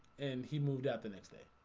and he moved out the next day.